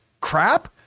crap